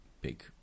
big